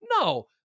No